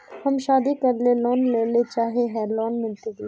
हम शादी करले लोन लेले चाहे है लोन मिलते की?